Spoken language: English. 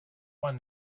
when